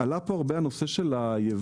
עלה פה הרבה הנושא של הייבוא.